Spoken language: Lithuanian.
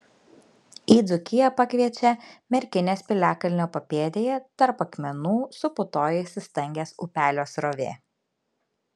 į dzūkiją pakviečia merkinės piliakalnio papėdėje tarp akmenų suputojusi stangės upelio srovė